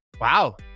Wow